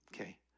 Okay